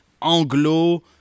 anglo